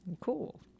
cool